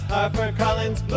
HarperCollins